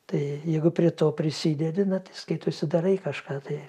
tai jeigu prie to prisidedi na tai skaitosi darai kažką tai